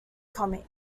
comic